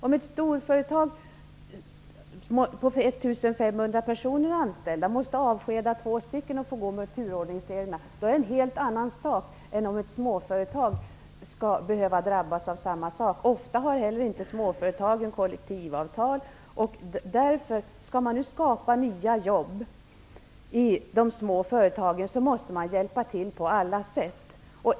Om ett storföretag med 1 500 anställda måste avskeda två personer och då tillämpar turordningsreglerna, är det en helt annan sak än när ett småföretag drabbas av samma sak. Ofta har heller inte småföretagen kollektivavtal. Skall man nu skapa nya jobb i de små företagen, måste man på alla sätt hjälpa till.